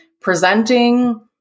presenting